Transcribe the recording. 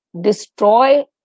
destroy